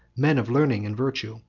men of learning and virtue,